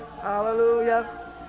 hallelujah